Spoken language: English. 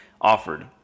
offered